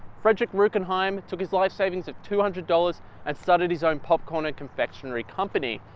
frederick rueckheim took his life savings of two hundred dollars and started his own popcorn and confectionery company.